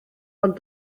ond